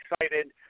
excited